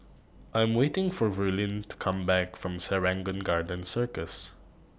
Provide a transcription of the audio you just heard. I Am waiting For Verlene to Come Back from Serangoon Garden Circus